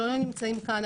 שלא נמצאים כאן,